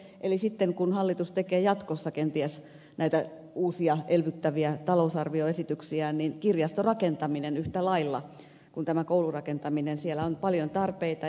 eli sitten kun hallitus tekee jatkossa kenties näitä uusia elvyttäviä talousarvioesityksiään niin kirjastorakentamisessa yhtä lailla kuin koulurakentamisessa on paljon tarpeita